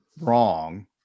wrong